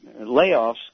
layoffs